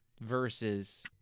versus